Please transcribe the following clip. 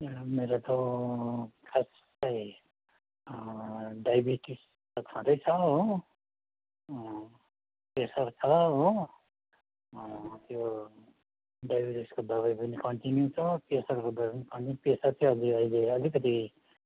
मेरो त खास चाहिँ डाइबिटिज त छँदैछ हो प्रेसर छ हो त्यो डाइबिटिजको दबाई पनि कन्टिन्यू छ प्रेसरको दबाई पनि प्रेसर चाहिँ अब यो अहिले अलिकति